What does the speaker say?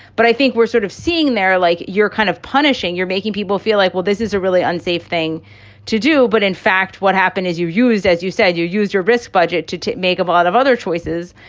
but i think we're sort of seeing there, like you're kind of punishing, you're making people feel like, well, this is a really unsafe thing to do. but in fact, what happened is you used, as you said, you use your risk budget to to make a lot of other choices.